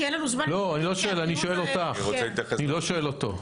כי אין לנו זמן --- אני שואל אותך, לא אותו.